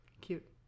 Cute